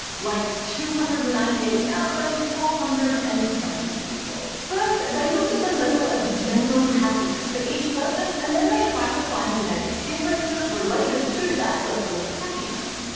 like two hundred and ninety eight thousand, four hundred and twenty people. first, they looked at the level of general happiness for each person and then they tried to find genetic differences related to that level of happiness.